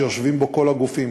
שיושבים בו כל הגופים,